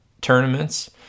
tournaments